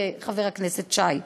חבר הכנסת שי.